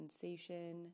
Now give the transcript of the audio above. sensation